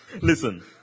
Listen